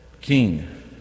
king